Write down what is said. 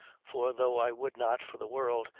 for though i would not, for the world,